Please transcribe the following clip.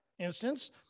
Instance